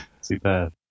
Super